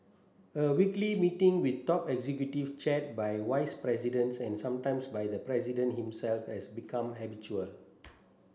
a weekly meeting with top executives chaired by vice presidents and sometimes by the president himself has become habitual